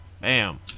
Bam